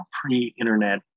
pre-internet